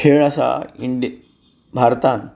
खेळ आसा इंडये भारतांत